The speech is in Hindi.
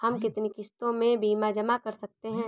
हम कितनी किश्तों में बीमा जमा कर सकते हैं?